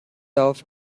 off